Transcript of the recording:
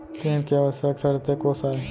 ऋण के आवश्यक शर्तें कोस आय?